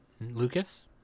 Lucas